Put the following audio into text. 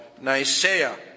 Nicaea